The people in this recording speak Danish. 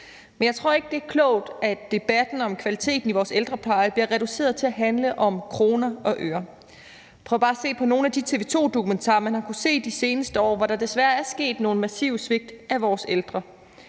Men jeg tror ikke, det er klogt, at debatten om kvalitet i vores ældrepleje bliver reduceret til at handle om kroner og øre. Prøv bare at se på nogle af de TV 2-dokumentarer, man har kunnet se de seneste år, hvor der desværre er sket nogle massive svigt af vores ældre.